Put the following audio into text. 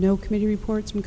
no committee reports from